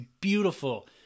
beautiful